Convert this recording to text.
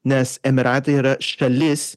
nes emyratai yra šalis